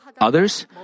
Others